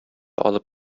алып